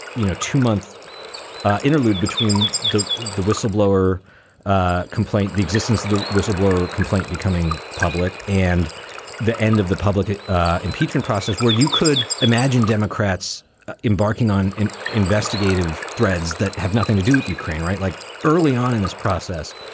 you know, two month interlude between the the whistleblower ah complaint, the existence of the whistleblower complaint becoming public and the end of the public impeachment process, where you could imagine democrats embarking on an investigative threads that have nothing to do with ukraine. right. like early on in this process.